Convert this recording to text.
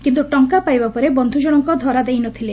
କିନ୍ତୁ ଟଙ୍ଙା ପାଇବା ପରେ ବନ୍ଧୁ ଜଶଙ୍କ ଧରା ଦେଇ ନ ଥିଲେ